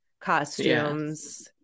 costumes